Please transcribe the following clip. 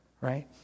right